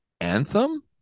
Anthem